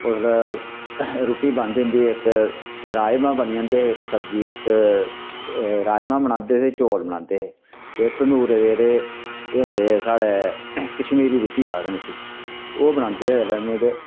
उसलै रुट्टी बनदी होंदी ही इक राजमां बनी जंदे हे इक सब्जी इक राजमां बनांदे हे ते चौल बनांदे हे ते तंदुरै दे जेह्ड़े एह् होंदे हे साढ़ै कश्मीरी रुट्टी आखदे न उसी ओह् बनांदे हे जैह्ले में ते